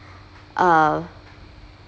uh